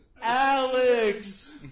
Alex